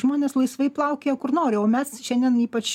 žmonės laisvai plaukioja kur nori o mes šiandien ypač